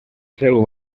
seu